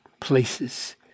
places